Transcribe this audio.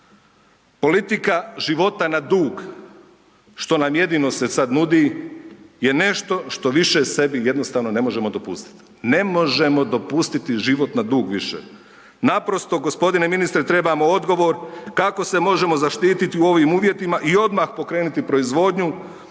Politika života na dug što nam jedino se sad nudi je nešto što više sebi ne možemo dopustiti, ne možemo dopustiti život na dug više. Naprosto gospodine ministre trebamo odgovor kako se možemo zaštititi u ovim uvjetima i odmah pokrenuti proizvodnju